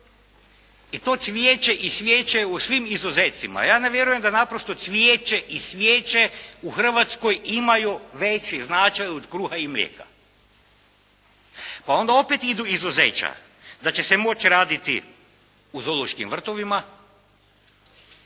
I to cvijeće i svijeće je u svim izuzecima. Ja ne vjerujem da naprosto cvijeće i svijeće u Hrvatskoj imaju veći značaj od kruha i mlijeka. Pa onda idu izuzeća da će se moći raditi u zoološkim vrtovima,